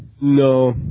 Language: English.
No